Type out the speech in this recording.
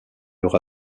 leur